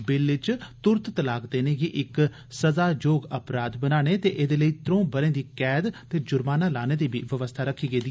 bill च त्रंत तलाक देने गी इक सजाजोग अपराध बनाने ते एदे लेई त्रों बरें दी कैद ते जर्माना लाने दी बी व्यवस्था रक्खी गेदी